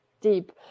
deep